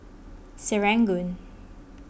Serangoon